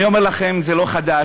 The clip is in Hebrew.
אני אומר לכם, זה לא חדש.